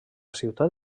ciutat